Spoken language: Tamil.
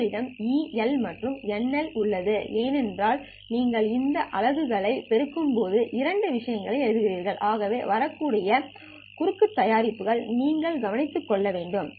உங்களிடம் e L மற்றும் NL உள்ளது ஏனென்றால் நீங்கள் இந்த அலகு பெருக்கும்போது இரண்டு விஷயங்களை எழுதுகிறீர்கள் ஆகவே வரக்கூடிய குறுக்கு தயாரிப்புகள் நீங்கள் கவனித்துக் கொள்ள வேண்டும்